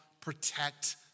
protect